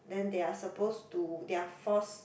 then they are supposed to they are forced